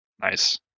Nice